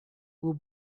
will